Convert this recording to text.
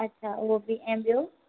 अच्छा उहो बि ऐं ॿियो